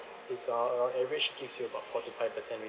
it's uh uh average gives you about four to five percent